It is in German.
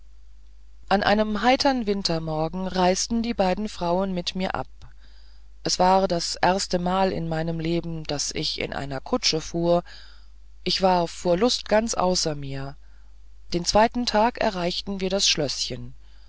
an einem heitern wintermorgen reisten die beiden frauen mit mir ab es war das erstemal in meinem leben daß ich in einer kutsche fuhr ich war vor lust ganz außer mir den zweiten tag erreichten wir das schlößchen